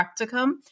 practicum